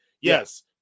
Yes